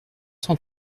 cent